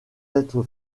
être